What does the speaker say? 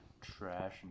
trash